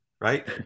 right